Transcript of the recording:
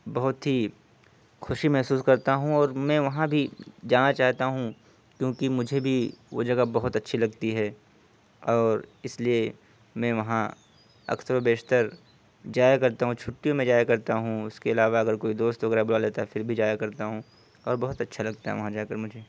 بہت ہی خوشی محسوس کرتا ہوں اور میں وہاں بھی جانا چاہتا ہوں کیوں کہ مجھے بھی وہ جگہ بہت اچّھی لگتی ہے اور اس لیے میں وہاں اکثر و بیشتر جایا کرتا ہوں چھٹیوں میں جایا کرتا ہوں اس کے علاوہ اگر کوئی دوست وغیرہ بلا لیتا ہے پھر جایا کرتا ہوں اور بہت اچّھا لگتا ہے وہاں جاکر مجھے